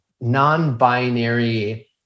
non-binary